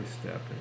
step